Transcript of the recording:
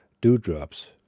dewdrops